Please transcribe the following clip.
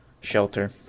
shelter